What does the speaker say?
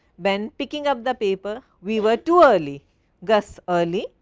ben picking up the paper, we were too early gus early,